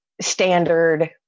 standard